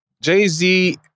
Jay-Z